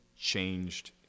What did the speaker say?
changed